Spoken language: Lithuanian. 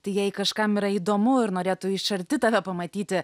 tai jei kažkam yra įdomu ir norėtų iš arti tave pamatyti